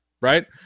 Right